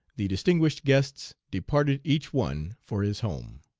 the distinguished guests departed each one for his home.